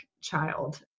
child